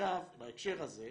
בהקשר הזה,